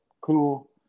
cool